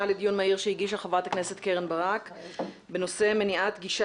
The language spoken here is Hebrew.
לדיון מהיר שהגישה חברת הכנסת קרן ברק בנושא מניעת גישה